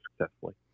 successfully